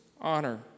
honor